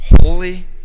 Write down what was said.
holy